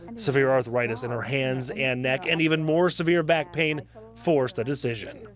severe arthritis in her hands and neck and even more severe back pain forced the decision.